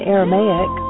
Aramaic